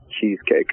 cheesecake